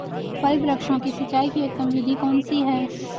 फल वृक्षों की सिंचाई की उत्तम विधि कौन सी है?